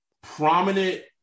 prominent